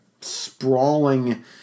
sprawling